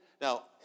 Now